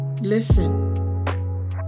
Listen